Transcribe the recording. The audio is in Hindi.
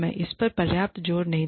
मैं इस पर पर्याप्त जोर नहीं दे सकता